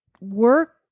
work